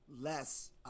less